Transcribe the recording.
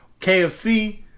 KFC